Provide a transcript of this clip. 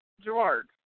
Gerard